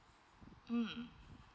mm